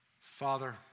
Father